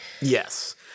yes